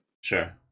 Sure